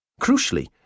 Crucially